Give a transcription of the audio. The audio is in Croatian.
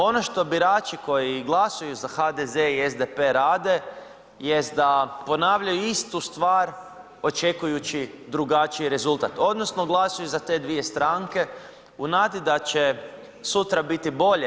Ono što birači koji glasuju za HDZ i SDP rade jest da ponavljaju istu stvar očekujući drugačiji rezultat, odnosno glasuju za te dvije stranke u nadi da će sutra biti bolje.